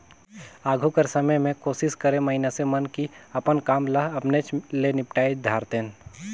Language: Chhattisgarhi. आघु कर समे में कोसिस करें मइनसे मन कि काम मन ल अपनेच ले निपटाए धारतेन